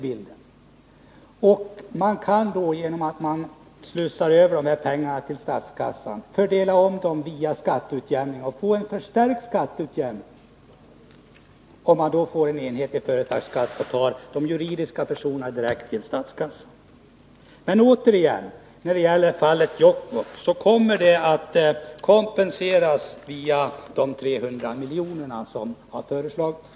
Man kan sedan genom att slussa över dessa pengar till statskassan och omfördela dem via skatteutjämningen få en förstärkt skatteutjämning, om man får en enhetlig företagsbeskattning och tar skatten från de juridiska personerna direkt till statskassan. Men när det återigen gäller fallet Jokkmokk kommer den kommunen att kompenseras via de 300 milj.kr. som föreslagits.